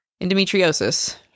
Endometriosis